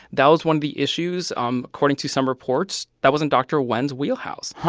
that was one of the issues. um according to some reports, that wasn't dr. wen's wheelhouse.